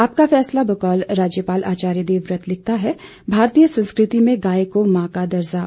आपका फैसला बकौल राज्यपाल आचार्य देवव्रत लिखता है भारतीय संस्कृति में गाय को माँ का दर्जा